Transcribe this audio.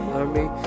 army